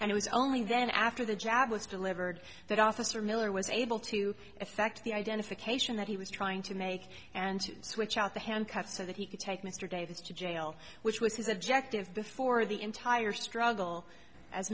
and it was only then after the job was delivered that officer miller was able to effect the identification that he was trying to make and to switch out the handcuffs so that he could take mr davis to jail which was his objective before the entire struggle a